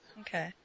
Okay